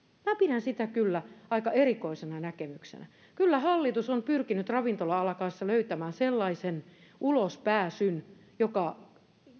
minä pidän sitä kyllä aika erikoisena näkemyksenä kyllä hallitus on pyrkinyt ravintola alan kanssa löytämään sellaisen ulospääsyn joka